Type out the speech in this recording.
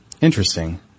Interesting